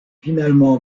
finalement